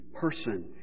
person